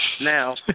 Now